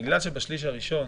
מכיוון שבשליש הראשון